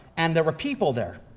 and there were people there.